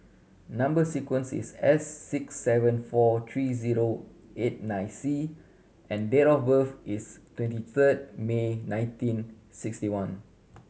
number sequence is S six seven four three zero eight nine C and date of birth is twenty third May nineteen sixty one